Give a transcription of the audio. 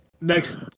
next